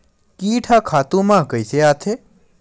कीट ह खातु म कइसे आथे?